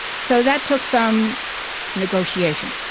so that took some negotiation.